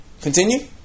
Continue